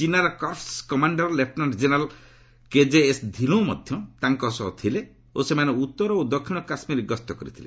ଚିନାର corps commander lieutenant general KJS Dhillon ମଧ୍ୟ ତାଙ୍କ ସହ ଥିଲେ ଓ ସେମାନେ ଉତ୍ତର ଓ ଦକ୍ଷିଣ କାଶ୍କୀର ଗସ୍ତ କରିଥିଲେ